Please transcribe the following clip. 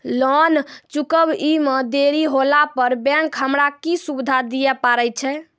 Loan चुकब इ मे देरी होला पर बैंक हमरा की सुविधा दिये पारे छै?